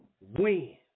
Win